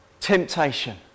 temptation